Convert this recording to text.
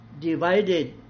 divided